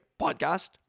podcast